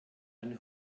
eine